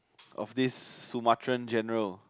of this Sumatran general